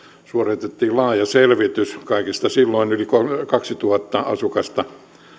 suoritettiin laaja selvitys kaikista silloin yli kaksituhatta asukasta